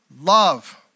love